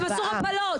שם גם אסור הפלות.